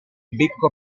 becco